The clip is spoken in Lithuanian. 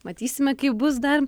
matysime kaip bus dar